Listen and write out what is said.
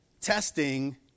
testing